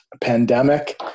pandemic